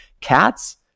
Cats